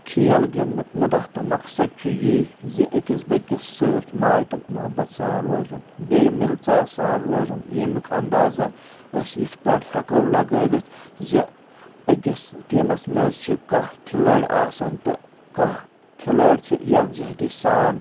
کھیل گنٛدنُک مدہ تہٕ مقصد چھُ یی زٕ أکِس بیٚکِس سۭتۍ ماے تہٕ محبت سان روزُن بییٚہِ ملہٕ ژار سان روزُن یمیُک انٛداز زن أسۍ یتھ پٲٹھۍ ہیٚکو لگٲوِتھ زٕ أکِس ٹیٖمس منٛز چھِ کاہہ کھلٲڑۍ آسان تہٕ کاہہ کھلٲڑۍ چھِ یکجٔہتی سان